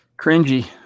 Cringy